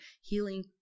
Healing